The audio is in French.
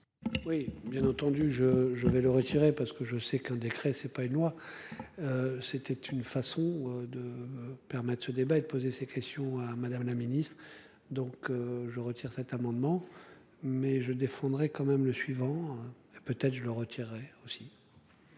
Oui, bien entendu je je vais le retirer, parce que je sais qu'un décret, c'est pas une loi. C'était une façon de permettre ce débat et de poser ces questions à Madame la Ministre donc je retire cet amendement. Mais je défendrai quand même le suivant. Peut-être je le retirerai aussi.